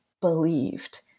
believed